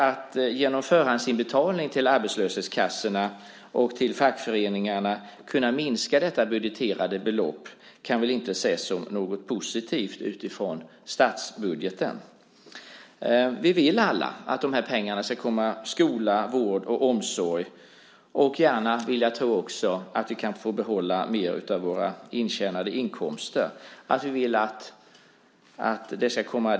Att genom förhandsinbetalning till arbetslöshetskassorna och fackföreningarna kunna minska detta budgeterade belopp kan väl inte ses som något positivt utifrån statsbudgeten. Vi vill alla att de här pengarna ska komma goda syften som skola, vård och omsorg till del - gärna också, vill jag tro, att vi kan få behålla mer av våra intjänade inkomster.